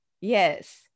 yes